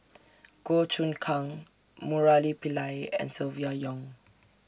Goh Choon Kang Murali Pillai and Silvia Yong